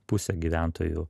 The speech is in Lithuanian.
pusė gyventojų